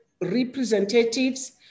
representatives